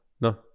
No